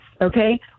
okay